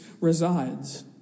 resides